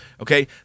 okay